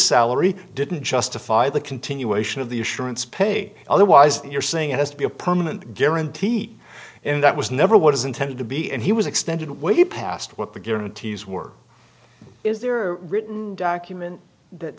salary didn't justify the continuation of the assurance pay otherwise you're saying it has to be a permanent guarantee and that was never what is intended to be and he was extended way past what the guarantees were is there written document that